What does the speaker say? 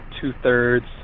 two-thirds